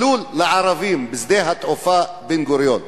מסלול לערבים בשדה התעופה בן-גוריון.